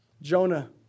Jonah